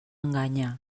enganya